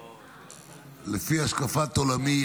לפי השקפת עולמי,